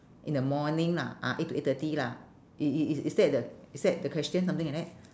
in the morning lah ah eight to eight thirty lah is is is that the is that the question something like that